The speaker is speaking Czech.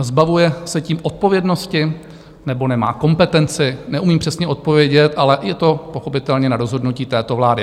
Zbavuje se tím odpovědnosti, nebo nemá kompetenci, neumím přesně odpovědět, ale je to pochopitelně na rozhodnutí této vlády.